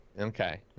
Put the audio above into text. okay